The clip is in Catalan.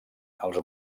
els